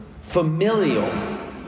familial